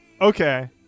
Okay